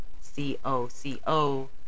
C-O-C-O